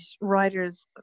writers